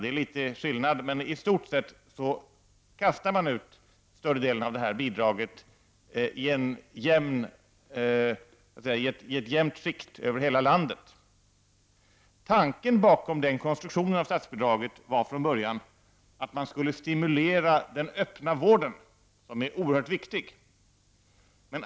Det är en liten skillnad, men i stort sett kastar man ut större delen av bidraget i ett jämnt skikt över hela landet. Tanken bakom den konstruktionen av statsbidraget var från början att man skulle stimulera den öppna vården, som är oerhört viktig.